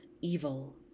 evil